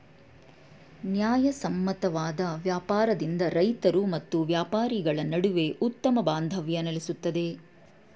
ನ್ಯಾಯಸಮ್ಮತವಾದ ವ್ಯಾಪಾರದಿಂದ ರೈತರು ಮತ್ತು ವ್ಯಾಪಾರಿಗಳ ನಡುವೆ ಉತ್ತಮ ಬಾಂಧವ್ಯ ನೆಲೆಸುತ್ತದೆ